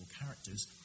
characters